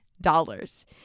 dollars